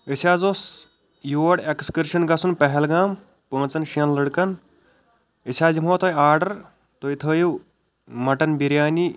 أسۍ حظ اوس یور اٮ۪کٕس کرشن گَژھن پٮ۪ہلگام پانٛژن شٮ۪ن لٔڑکن أسۍ حظ دِمو تُہۍ آرڈر تُہۍ تھٲیِو مَٹن بِریانی